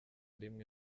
rimwe